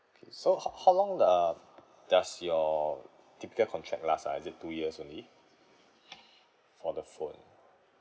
K so how how long the does your typical contract last ah is it two years only for the phone